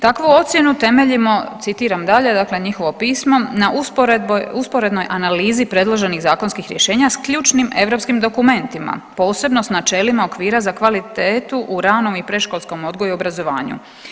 Takvu ocjenu temeljimo“ citiram dalje dakle njihovo pismo „na usporednoj analizi predloženih zakonskih rješenja s ključnim europskim dokumentima, posebno s načelima okvira za kvalitetu u ranom i predškolskom odgoju i obrazovanju.